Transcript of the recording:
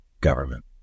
government